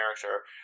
character